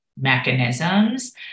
mechanisms